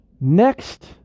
Next